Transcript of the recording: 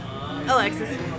Alexis